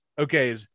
Okay